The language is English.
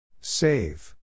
Save